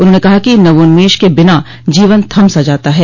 उन्होंने कहा कि नवोन्मष के बिना जीवन थम सा जाता है